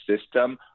system